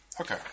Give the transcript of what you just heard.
Okay